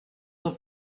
mon